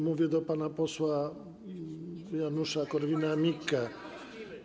Mówię do pana posła Janusza Korwin-Mikkego.